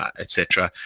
etc,